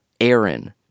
Aaron